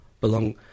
belong